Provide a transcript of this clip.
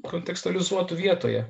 kontekstualizuotų vietoje